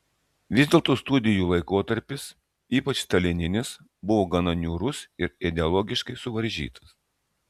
vis dėlto studijų laikotarpis ypač stalininis buvo gan niūrus ir ideologiškai suvaržytas